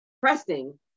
pressing